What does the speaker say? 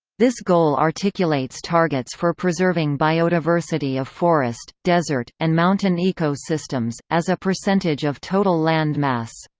this goal articulates targets for preserving biodiversity of forest, desert, and mountain eco-systems, as a percentage of total land mass.